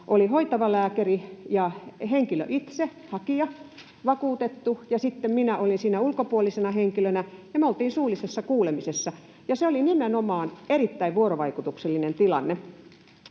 oli hoitava lääkäri ja henkilö itse, hakija, vakuutettu, ja sitten minä olin siinä ulkopuolisena henkilönä, ja me oltiin suullisessa kuulemisessa, ja se oli nimenomaan erittäin vuorovaikutuksellinen tilanne.